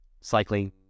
cycling